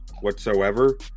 whatsoever